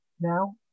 now